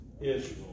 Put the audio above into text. Israel